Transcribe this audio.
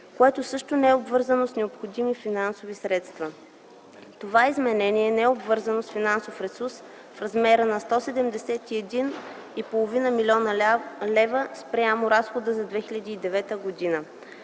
което също не е обвързано с необходимите финансови средства. Това изменение не е обвързано с финансов ресурс в размер на 171,5 млн. лв. повече спрямо разхода за 2009 г.